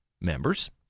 members